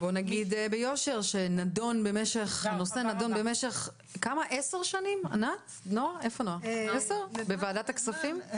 בואו נגיד ביושר שהנושא נדון במשך עשר שנים בוועדת הכספים.